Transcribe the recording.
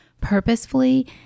purposefully